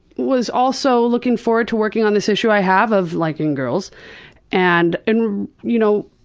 was also looking forward to working on this issue i have of liking girls and, and you know,